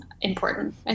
important